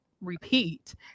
repeat